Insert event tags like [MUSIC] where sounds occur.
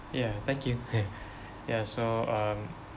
ya thank you [LAUGHS] ya so um